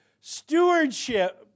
stewardship